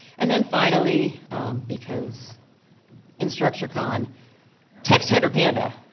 and then finally because in structural con text header panda.